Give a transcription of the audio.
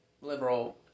liberal